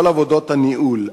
כל עבודות הניהול,